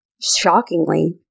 shockingly